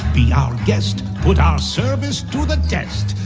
be our guest, put our service to the test.